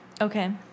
Okay